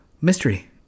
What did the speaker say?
mystery